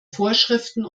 vorschriften